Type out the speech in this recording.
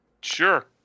sure